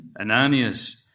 Ananias